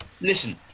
Listen